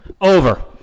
over